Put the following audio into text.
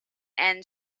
and